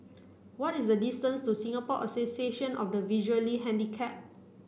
what is the distance to Singapore Association of the Visually Handicapped